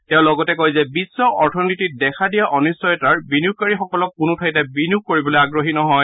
তেওঁ লগতে কয় যে বিশ্ব অথনীতিত দেখা দিয়া অনিশ্চয়তাৰা বিনিয়োগকাৰীসকল কোনো ঠাইতে বিনিয়োগ কৰিবলৈ আগ্ৰহী নহয়